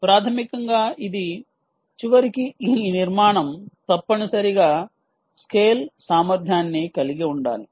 ప్రాథమికంగా ఇది చివరికి ఈ నిర్మాణం తప్పనిసరిగా స్కేల్ స్కేల్ సామర్థ్యాన్ని కలిగి ఉండాలి